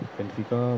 Benfica